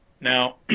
Now